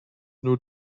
nur